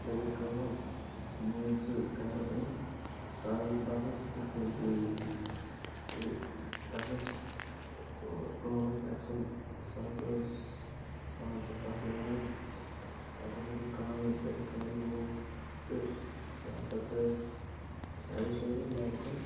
پتہٕ ہسا گٔے کٲم مےٚ ییٚلہِ سُہ گرٕ اوٚن سُہ حظ اوس باسان سُہ چھُنہٕ کہِنۍ ٹی وی تتھ اوس قۭمتھ تہِ اصل سُہ حظ اوس پنژہ ساس یِوان حظ پتہٕ ہسا گٔے کٲم حظ ییٚلہِ سُہ اسہِ گرِ لوگ تہٕ سُہ ہسا تھوٚو اسہِ سہُ ہسا چھُ روزان لبہِ کُن